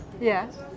Yes